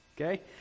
Okay